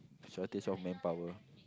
shortage of manpower